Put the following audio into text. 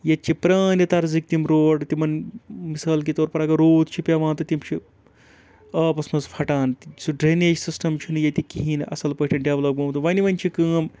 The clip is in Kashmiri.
ییٚتہِ چھِ پرٛانہِ تَرزٕکۍ تِم روڈ تِمَن مِثال کے طور پَر اگر روٗد چھُ پٮ۪وان تہٕ تِم چھِ آبَس منٛز پھَٹان سُہ ڈرٛینیج سِسٹَم چھُنہٕ ییٚتہِ کِہیٖنۍ نہٕ اَصٕل پٲٹھۍ ڈٮ۪ولَپ گوٚمُت وۄنۍ وۄنۍ چھِ کٲم